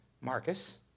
Marcus